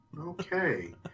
okay